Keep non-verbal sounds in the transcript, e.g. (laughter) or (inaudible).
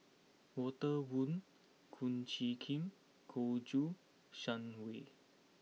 Walter Woon Kum Chee Kin (unintelligible) Shang Wei